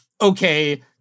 Okay